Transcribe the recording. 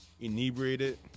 inebriated